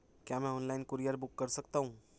क्या मैं online courier book कर सकता हूँ?